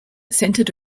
centered